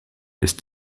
ist